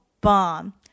bomb